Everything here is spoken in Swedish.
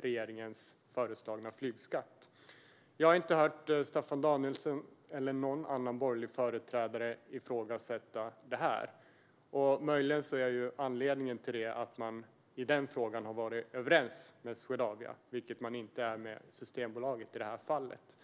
regeringens föreslagna flygskatt. Jag har inte hört Staffan Danielsson eller någon annan borgerlig företrädare ifrågasätta det. Möjligen är anledningen att man i denna fråga har varit överens med Swedavia, vilket man inte är med Systembolaget i det här fallet.